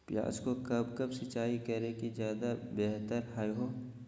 प्याज को कब कब सिंचाई करे कि ज्यादा व्यहतर हहो?